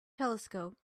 telescope